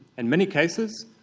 in many cases,